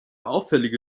auffällige